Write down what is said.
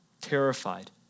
Terrified